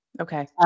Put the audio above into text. Okay